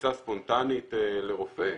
כניסה ספונטנית לרופא?